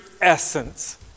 essence